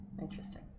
Interesting